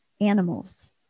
animals